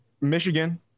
Michigan